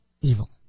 evil